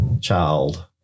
child